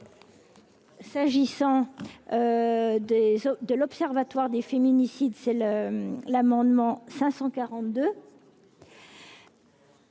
S'agissant des de l'Observatoire des féminicides, c'est le l'amendement 542.